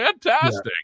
Fantastic